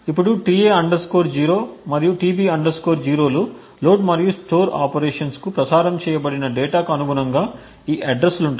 ఇప్పుడు tA 0 మరియు tB 0 లు లోడ్ మరియు స్టోర్ ఆపరేషన్స్కు ప్రసారం చేయబడిన డేటాకు అనుగుణంగా ఈ అడ్రస్ లు ఉంటాయి